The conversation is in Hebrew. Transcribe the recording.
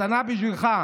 מתנה בשבילך.